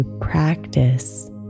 practice